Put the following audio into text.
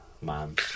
man